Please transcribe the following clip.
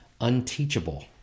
unteachable